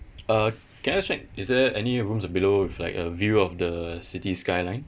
uh can I ask right is there any rooms available with like a view of the city skyline